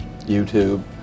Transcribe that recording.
YouTube